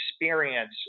experience